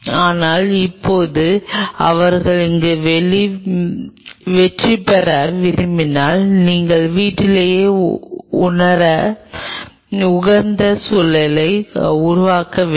ஆனால் இப்போது அவர்கள் அங்கு வெற்றிபெற விரும்பினால் அவர்கள் வீட்டிலேயே உணர உகந்த சூழலை உருவாக்க வேண்டும்